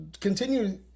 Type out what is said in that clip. continue